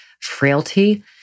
frailty